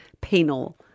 penal